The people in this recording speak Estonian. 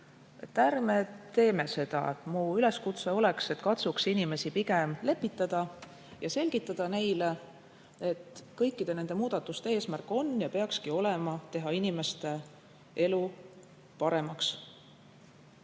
Ärme teeme seda. Mu üleskutse oleks, et katsuks inimesi pigem lepitada ja selgitada neile, et kõikide nende muudatuste eesmärk on ja peakski olema teha inimeste elu paremaks.